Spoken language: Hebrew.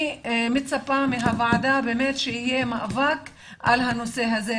אני מצפה מהוועדה שיהיה מאבק על הנושא הזה.